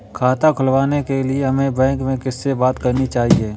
खाता खुलवाने के लिए हमें बैंक में किससे बात करनी चाहिए?